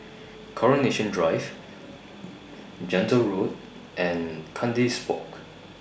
Coronation Drive Gentle Road and Kandis Walk